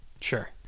Sure